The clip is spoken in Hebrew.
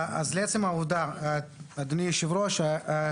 אדוני היושב ראש,